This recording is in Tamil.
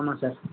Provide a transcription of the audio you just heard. ஆமாம் சார்